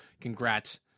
congrats